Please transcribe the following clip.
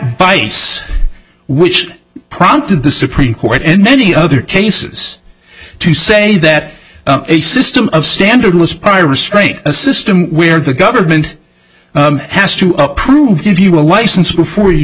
bice which prompted the supreme court and many other cases to say that a system of standard was prior restraint a system where the government has to approve give you a license before you